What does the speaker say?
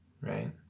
right